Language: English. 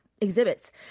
exhibits